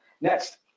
next